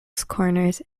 corners